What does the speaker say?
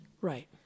Right